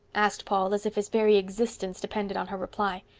asked paul, as if his very existence depended on her reply.